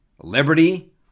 liberty